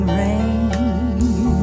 rain